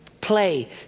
play